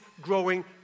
growing